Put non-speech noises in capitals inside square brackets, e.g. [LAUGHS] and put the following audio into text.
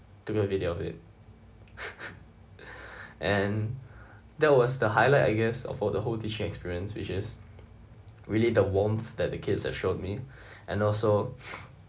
took a video of it [LAUGHS] and that was the highlight I guess of for the whole teaching experience which is really the warmth that the kids have showed me [BREATH] and also [BREATH]